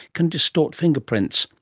can distort fingerprints,